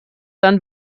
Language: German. dann